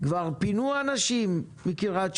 כבר פינו אנשים מקרית שמונה.